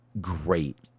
great